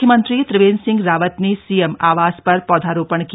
मुख्यमंत्री त्रिवेंद्र सिंह रावत ने सीएम आवास पर पौधरोपण किया